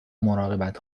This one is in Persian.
مراقبت